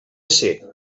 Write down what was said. ser